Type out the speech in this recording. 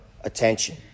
attention